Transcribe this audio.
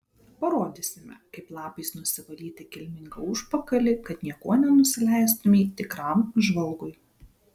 parodysime kaip lapais nusivalyti kilmingą užpakalį kad niekuo nenusileistumei tikram žvalgui